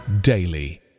daily